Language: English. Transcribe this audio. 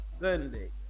Sunday